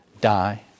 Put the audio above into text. Die